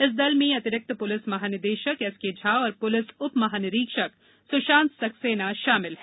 इस दल में अतिरिक्त पुलिस महानिदेशक एसके झा और पुलिस उप महानिरीक्षक सुशांत सक्सेना शामिल हैं